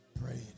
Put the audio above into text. Prayed